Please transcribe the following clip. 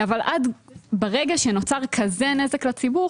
אבל ברגע שנוצר כזה נזק לציבור,